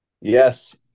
Yes